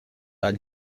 are